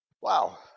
Wow